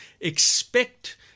Expect